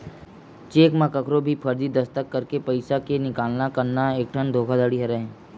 cheque म कखरो भी फरजी दस्कत करके पइसा के निकाला करना एकठन धोखाघड़ी हरय